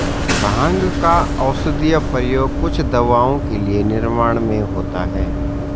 भाँग का औषधीय प्रयोग कुछ दवाओं के निर्माण में होता है